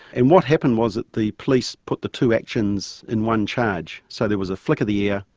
and what happened was that the police put the two actions in one charge, so there was a flick of the ear,